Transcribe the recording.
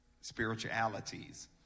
spiritualities